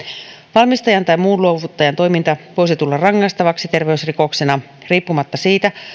valmistajan tai muun luovuttajan toiminta voisi tulla rangaistavaksi terveysrikoksena riippumatta siitä